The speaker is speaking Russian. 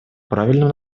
правильном